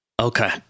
Okay